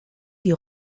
die